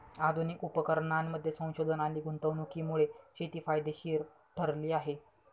आधुनिक उपकरणांमध्ये संशोधन आणि गुंतवणुकीमुळे शेती फायदेशीर ठरली आहे